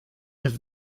have